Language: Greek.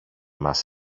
μας